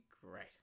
great